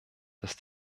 dass